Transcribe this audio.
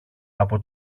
από